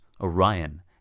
orion